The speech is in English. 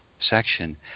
section